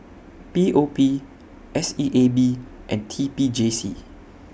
P O P S E A B and T P J C